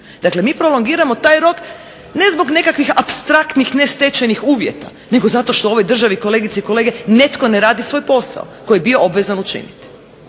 Dakle, mi prolongiramo taj rok ne zbog nekakvih apstraktnih nestečenih uvjeta nego zato što u ovoj državi kolegice i kolege netko ne radi svoj posao koji je bio obvezan učiniti.